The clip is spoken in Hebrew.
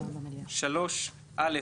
3(א),